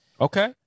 Okay